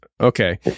Okay